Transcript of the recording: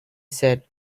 said